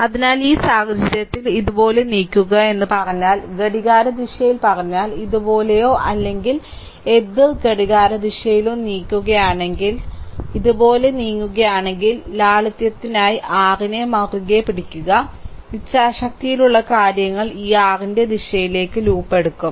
അതിനാൽ ഈ സാഹചര്യത്തിൽ ഇതുപോലെ നീക്കുക എന്ന് പറഞ്ഞാൽ ഘടികാരദിശയിൽ പറഞ്ഞാൽ ഇതുപോലെയോ അല്ലെങ്കിൽ എതിർ ഘടികാരദിശയിലോ നീക്കുകയാണെങ്കിൽ ആഗ്രഹിക്കുന്ന വഴി ഇതുപോലെ നീങ്ങുകയാണെങ്കിൽ ലാളിത്യത്തിനായി r നെ മുറുകെ പിടിക്കുക ഇച്ഛാശക്തിയിലുള്ള കാര്യങ്ങൾ ഈ r ന്റെ ദിശയിലേക്ക് ലൂപ്പ് എടുക്കും